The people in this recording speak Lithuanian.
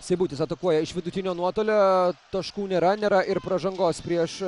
seibutis atakuoja iš vidutinio nuotolio taškų nėra nėra ir pražangos prieš